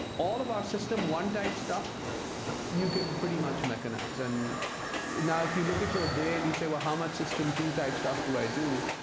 all of our system-one-type stuff you could pretty much mechanize. and now if you look at your day and you say, well, how much system-two-type stuff do i do?